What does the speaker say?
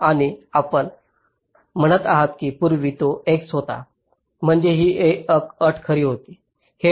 आणि आपण म्हणत आहात की पूर्वी तो x होता म्हणजे ही अट खरी होती